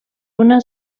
una